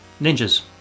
Ninjas